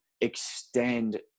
extend